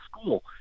school